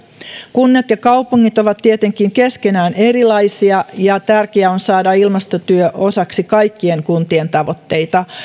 kunnat ja kaupungit ovat tietenkin keskenään erilaisia ja tärkeää on saada ilmastotyö osaksi kaikkien kuntien tavoitteita